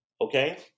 Okay